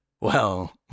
Well